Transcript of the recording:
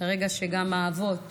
ברגע שגם האבות